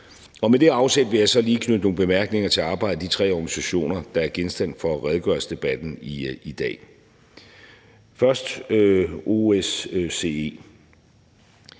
Og med det afsæt vil jeg så lige knytte nogle bemærkninger til arbejdet i de tre organisationer, der er genstand for redegørelsesdebatten i dag. Først er